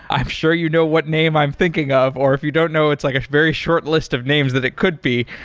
i'm sure you know what name i'm thinking of, or if you don't know, it's like a very short list of names that it could be.